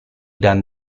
dan